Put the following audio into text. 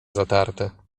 zatarte